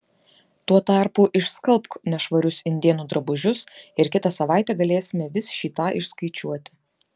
tuo tarpu išskalbk nešvarius indėnų drabužius ir kitą savaitę galėsime vis šį tą išskaičiuoti